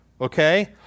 okay